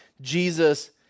Jesus